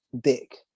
dick